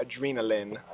adrenaline